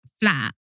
flat